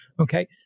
okay